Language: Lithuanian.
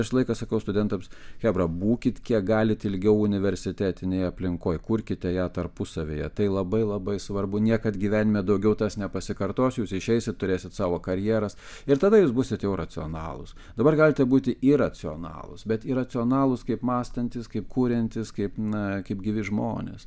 visą laiką sakau studentams chebra būkit kiek galit ilgiau universitetinėj aplinkoj kurkite ją tarpusavyje tai labai labai svarbu niekad gyvenime daugiau tas nepasikartos jūs išeisit turėsite savo karjeras ir tada jūs būsit jau racionalūs dabar galite būti iracionalūs bet iracionalūs kaip mąstantys kaip kuriantys kaip na kaip gyvi žmonės